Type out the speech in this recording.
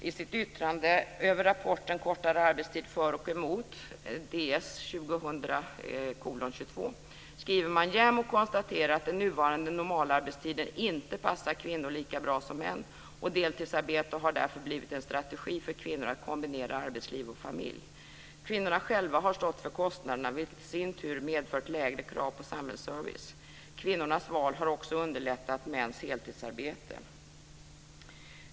I sitt yttrande över rapporten Kortare arbetstid - för och emot, Ds 2000:22, skriver man så här: "JämO konstaterar att den nuvarande normalarbetstiden inte passar kvinnor lika bra som män och deltidsarbete har därför blivit en strategi för kvinnor att kombinera arbetsliv och familj. Kvinnorna själva har stått för kostnaderna, vilket i sin tur medfört lägre krav på samhällsservice. Kvinnors val har också underlättat mäns heltidsarbete."